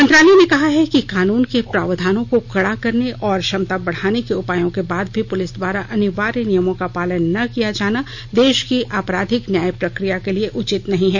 मंत्रालय ने कहा है कि कानून के प्रावधानों को कड़ा करने और क्षमता बढाने के उपायों के बाद भी पुलिस द्वारा अनिवार्य नियमों का पालन न किया जाना देश की आपराधिक न्याय प्रक्रिया के लिए उचित नहीं है